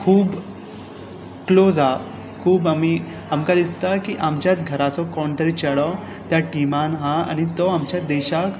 खूब क्लोज आसा खूब आमी आमकां दिसता की आमच्याच घराचो कोण तरी चेडो त्या टिमान आसा आनी तो आमच्या देशाक